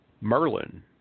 Merlin